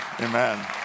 amen